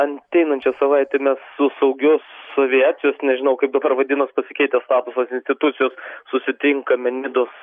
anteinančią savaitę mes su saugios aviacijos nežinau kaip dabar vadinas pasikeitęs statusas institucijos susitinkame nidos